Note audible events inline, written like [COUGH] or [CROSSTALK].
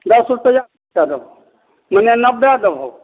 दस रुपैया [UNINTELLIGIBLE] मने नब्बे देबहो